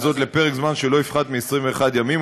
וזאת לפרק זמן שלא יפחת מ-21 ימים,